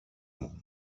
μου